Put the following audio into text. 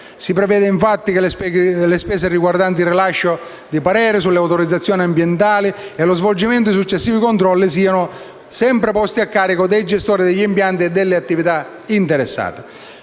Si prevede, infatti, che le spese riguardanti il rilascio di pareri sulle autorizzazioni ambientali e lo svolgimento dei successivi controlli siano sempre posti a carico dei gestori degli impianti e delle attività interessate.